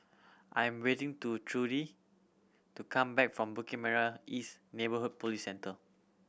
I am waiting to Trudy to come back from Bukit Merah East Neighbourhood Police Centre